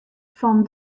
fan